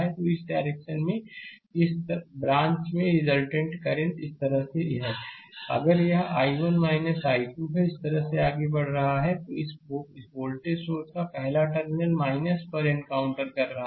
तो इस डायरेक्शन में इस ब्रांच में रिजल्टेंट करंट यह इस तरह से है अगर यह I1 I2 है इस तरह से आगे बढ़ रहा है तो इस वोल्टेज सोर्स का पहला टर्मिनल पर एनकाउंटर कर रहा है